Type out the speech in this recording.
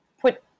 put